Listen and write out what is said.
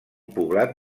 poblat